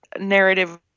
narrative